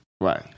Right